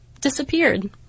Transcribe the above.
disappeared